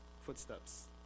footsteps